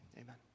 Amen